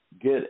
get